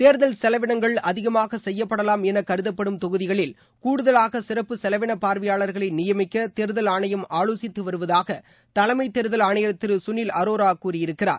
தேர்தல் செலவினங்கள் அதிகமாக செய்யப்படலாம் என கருதப்படும் தொகுதிகளில் கூடுதலாக சிறப்பு செலவிளம் பார்வையாளர்களை நியமிக்க தேர்தல் ஆணையம் ஆலோசித்து வருவதாக தலைமை தேர்தல் ஆணையர் திரு சுனில் அரோரா கூறியிருக்கிறார்